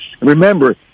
Remember